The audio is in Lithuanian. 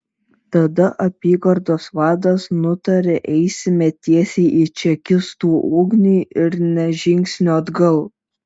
tada apygardos vadas nutarė eisime tiesiai į čekistų ugnį ir nė žingsnio atgal